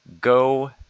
Go